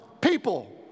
people